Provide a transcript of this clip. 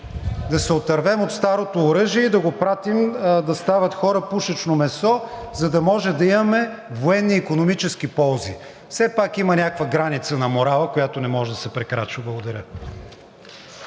Да се отървем от старото оръжие и да го пратим да стават хора пушечно месо, за да може да имаме военни и икономически ползи. Все пак има някаква граница на морала, която не може да се прекрачва.